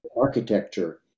architecture